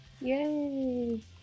Yay